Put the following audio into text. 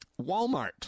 Walmart